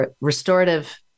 restorative